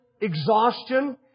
exhaustion